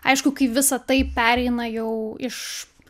aišku kai visa tai pereina jau iš